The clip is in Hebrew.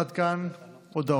עד כאן הודעות.